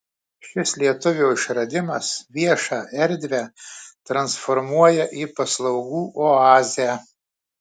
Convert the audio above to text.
šis lietuvio išradimas viešą erdvę transformuoja į paslaugų oazę